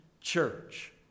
church